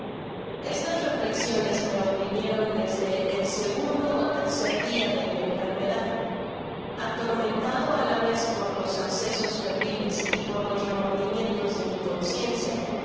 estas reflexiones me oprimieron desde el segundo tercer dia de mi enfermedad atormentado á la vez por los accesos febriles y por los remordimientos de mi conciencia